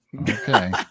Okay